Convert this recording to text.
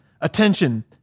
Attention